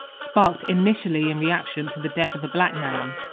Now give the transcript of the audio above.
ah sparked initially in reaction to the death of a black man,